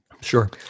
Sure